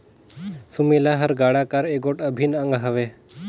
सुमेला हर गाड़ा कर एगोट अभिन अग हवे